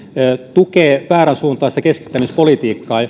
tukee vääränsuuntaista keskittämispolitiikkaa